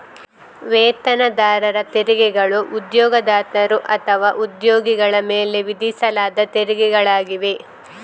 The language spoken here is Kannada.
ವೇತನದಾರರ ತೆರಿಗೆಗಳು ಉದ್ಯೋಗದಾತರು ಅಥವಾ ಉದ್ಯೋಗಿಗಳ ಮೇಲೆ ವಿಧಿಸಲಾದ ತೆರಿಗೆಗಳಾಗಿವೆ